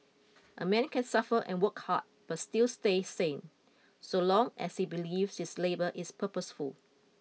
a man can suffer and work hard but still stay sane so long as he believes his labour is purposeful